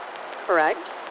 Correct